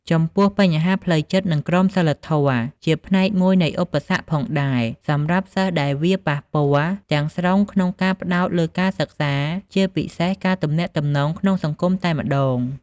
បើចំពោះ បញ្ហាផ្លូវចិត្ត និងក្រមសីលធម៌ ជាផ្នែកមួយនៃឧបសគ្គផងដែរសម្រាប់សិស្សដែលវាប៉ះពាល់ទាំងស្រុងក្នុងការផ្តោតលើការសិក្សា ជាពិសេសការទំនាក់ទំនងក្នុងសង្គមតែម្តង។